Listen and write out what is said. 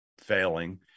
failing